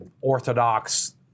orthodox